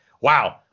Wow